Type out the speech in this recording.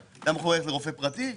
אדם רוצה ללכת לרופא פרטי - קיים.